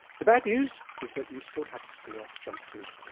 the bad news is that you still have to stay off junk food.